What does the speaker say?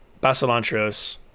basilantros